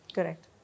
Correct